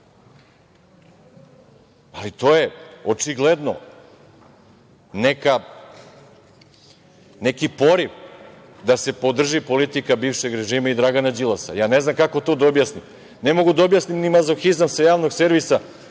To je očigledno neki poriv da se podrži politika bivšeg režima i Dragana Đilasa. Ja ne znam kako to da objasnim? Ne mogu da objasnim ni mazohizam sa Javnog servisa,